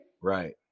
Right